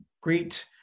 great